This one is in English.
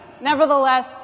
Nevertheless